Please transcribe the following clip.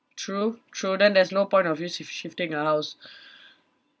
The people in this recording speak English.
true true then there's no point of you shift~ shifting a house